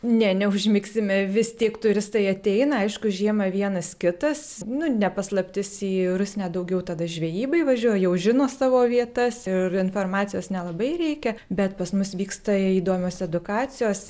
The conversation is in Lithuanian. nė neužmigsime vis tiek turistai ateina aišku žiemą vienas kitas nu ne paslaptis į rusnę daugiau tada žvejybai važiuoja jau žino savo vietas ir informacijos nelabai reikia bet pas mus vyksta įdomios edukacijos